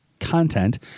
Content